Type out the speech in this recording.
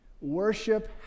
worship